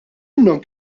minnhom